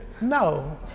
No